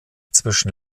zwischen